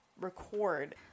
record